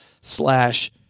slash